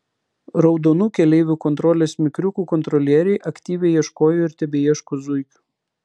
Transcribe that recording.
raudonų keleivių kontrolės mikriukų kontrolieriai aktyviai ieškojo ir tebeieško zuikių